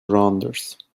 rounders